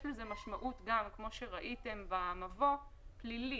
יש לזה משמעות, כמו שראיתם במבוא, פלילית.